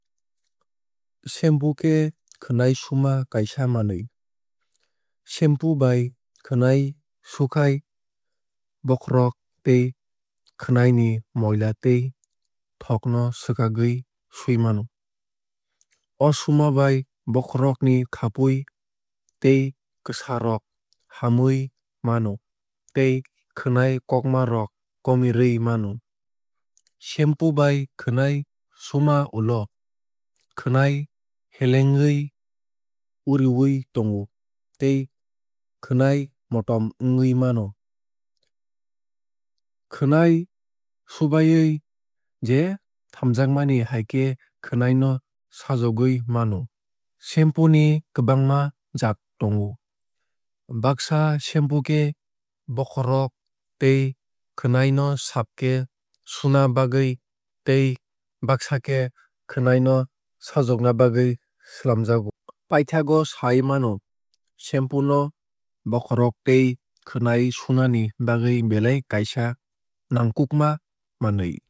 Shampoo khe khwnai suma kaisa manwui. Shampoo bai khwnai sukhai bokhrok tei khwnai ni moila tei thok no swkagwui sui mano. O suma bai bokhorok ni khapui tei kwsa rok hamui mano tei khwnai kokma rok komirwui mano. Shampoo bai khwnai suma ulo khwnai helengwui uriwui tongo tei khwnai motom wngwui mano. Khwnai subawui je hamjakmani hai khe khwnai noh sajogwui mano. Shampoo ni kwbangma jaat tongo. Baksa shampoo khe bokhorok tei khwnai no saaf khe suna bagwui tei baksa khe khwnai no sajokna bawui swlamjakgo. Paithakgo sai mano shampoo no bokhorok tei khwnai sunani bagwui belai kaisa nangkukma manwui.